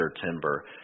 timber